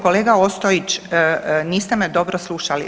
Kolega Ostojić niste me dobro slušali.